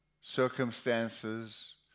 circumstances